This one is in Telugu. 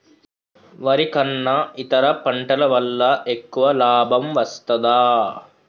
వరి కన్నా ఇతర పంటల వల్ల ఎక్కువ లాభం వస్తదా?